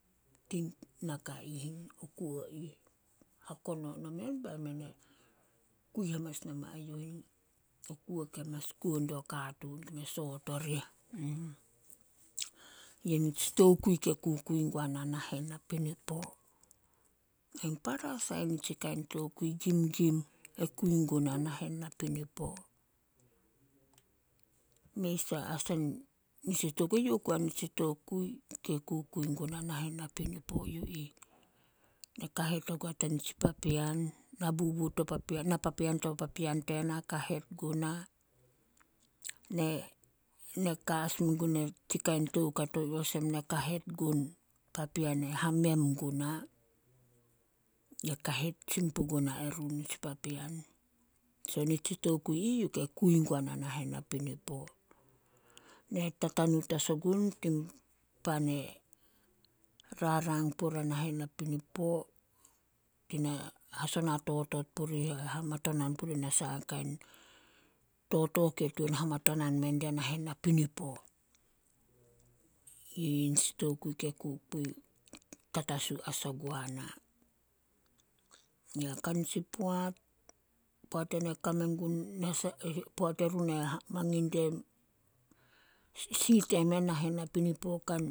Tin naka o kuo ih, hakono nomen bae men e kui hamanas nomae youh o kuo ke mas kuo dio katuun ke me soot orih. Yi nitsi tokui ke kukui guana nahen napinipo. Ain para sai nitsi kain tokui gimgim e kuin guna nahen napinipo. Mei sai asah in, mes in tokui, youh oku hanun nitsi tokui ke kukui guna nahen napinipo yu ih. Na kahet ogua tanitsi papean, na bubu to papean, na papaean to papaen tena kahet guna. Ne- ne ka as megun tsi kain toukato ih olsem ne kahet gun o papean e hamem guna. Ye kahet sin puguna erun nitsi papean. So nitsi tokui ih ke kui guana nahen napinipo. Ne tatanut as ogun tin pan e rarang puria nahen napinipo, tina hasona totot purih ai hamatonan purih na saha kain totooh ke tuan hamatonan mendia nahen napinipo. Yin nitsi tokui ke kukui, tatasu as ogua na. Kanitsi poat, poat ena kame gun poat erun mangin die sih temen nahen napinipo kan